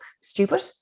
stupid